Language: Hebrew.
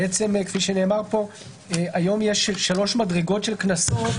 כמו שנאמר כאן היום יש שלוש מדרגות של קנסות